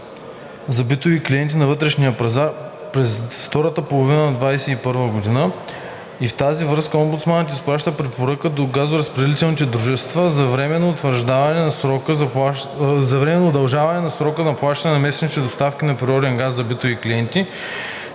за битовите клиенти на вътрешния пазар през втората половина на 2021 г. В тази връзка омбудсманът изпраща препоръка до газоснабдителните дружества за временно удължаване на срока за плащане на месечните доставки на природен газ за битовите клиенти,